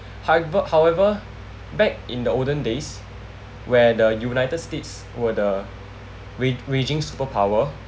howev~ however back in the olden days where the united states were the rag~ raging superpower